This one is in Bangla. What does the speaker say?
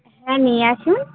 হ্যাঁ নিয়ে আসুন